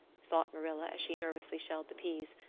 thought marilla, as she nervously shelled the peas.